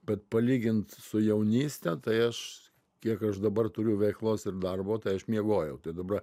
bet palygint su jaunystę tai aš kiek aš dabar turiu veiklos ir darbo tai aš miegojau tai dabar